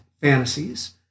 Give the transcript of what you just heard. fantasies